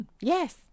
Yes